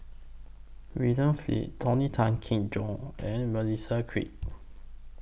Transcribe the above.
William Flint Tony Tan Keng Joo and Melissa Kwee